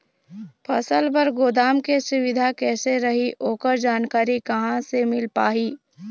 फसल बर गोदाम के सुविधा कैसे रही ओकर जानकारी कहा से मिल पाही?